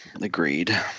agreed